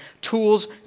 tools